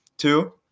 two